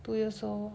two years old